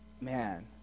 Man